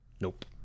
Nope